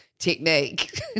technique